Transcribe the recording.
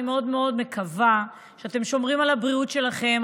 אני מאוד מאוד מקווה שאתם שומרים על הבריאות שלכם,